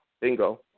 Bingo